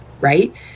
right